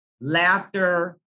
laughter